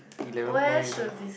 eleven points already